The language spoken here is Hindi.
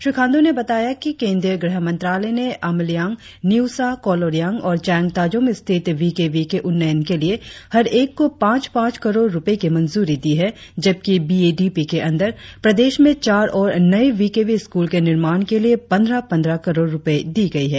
श्री खांडू ने बताया कि केंद्रीय गृह मंत्रालय ने अमलियांग निउसा कोलोरियांग और चायांगताचों में स्थित वी के वी के उन्नयन के लिए हर एक को पांच पांच करोड़ रुपये की मंजूरी दी है जबकि बी ए डी पी के अंदर प्रदेश में चार और नए वी के वी स्कूल के निर्माण के लिए पंद्रह करोड़ रुपए दी गई है